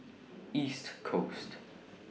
East Coast